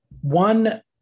One